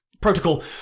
protocol